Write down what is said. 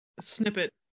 snippet